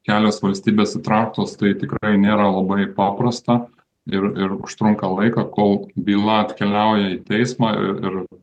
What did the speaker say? kelios valstybės įtrauktos tai tikrai nėra labai paprasta ir ir užtrunka laiką kol byla keliauja į teismą ir ir